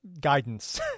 guidance